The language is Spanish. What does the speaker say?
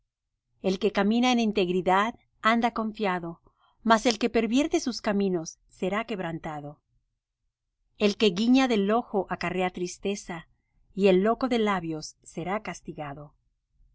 el que camina en integridad anda confiado mas el que pervierte sus caminos será quebrantado el que guiña del ojo acarrea tristeza y el loco de labios será castigado